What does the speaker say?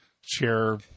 share